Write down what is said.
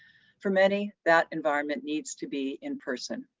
for many that environment needs to be in person.